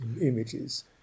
images